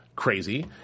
crazy